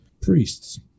priests